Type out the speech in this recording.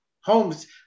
homes